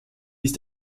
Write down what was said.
ist